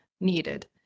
needed